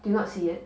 do you not see it